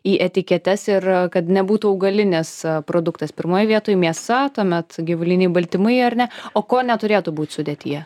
į etiketes ir kad nebūtų augalinis produktas pirmoj vietoj mėsa tuomet gyvuliniai baltymai ar ne o ko neturėtų būt sudėtyje